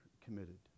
committed